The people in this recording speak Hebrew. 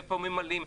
איפה ממלאים?